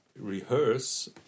rehearse